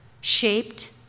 shaped